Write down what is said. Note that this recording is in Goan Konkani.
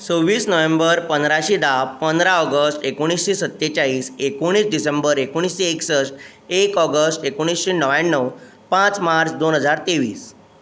सव्वीस नोव्हेंबर पंदराशे धा पंदरा ऑगश एकोणिशें सत्तेचाळीस एकोणीस डिसेंबर एकोणिशें एकसश्ट एक ऑगश एकोणिशें णव्याण्णव पांच मार्च दोन हजार तेवीस